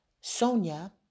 Sonia